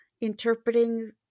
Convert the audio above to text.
interpreting